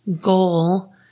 goal